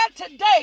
Today